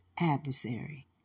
adversary